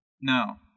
No